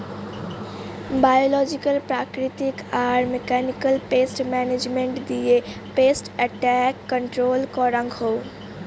biological প্রাকৃতিক আর মেকানিক্যালয় পেস্ট মানাজমেন্ট দিয়ে পেস্ট এট্যাক কন্ট্রল করাঙ হউ